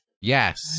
Yes